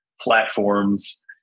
platforms